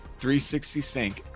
360Sync